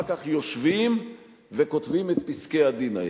כך יושבים וכותבים את פסקי-הדין האלה.